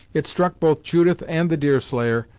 it struck both judith and the deerslayer,